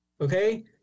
okay